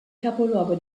capoluogo